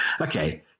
okay